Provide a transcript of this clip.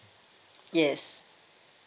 yes